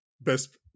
best